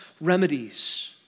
remedies